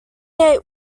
eight